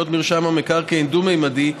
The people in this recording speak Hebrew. בהיות מרשם המקרקעין דו-ממדי,